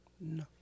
No